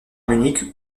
munich